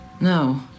No